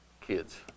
kids